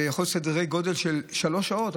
זה יכול להיות סדרי גודל של שלוש שעות.